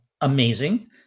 amazing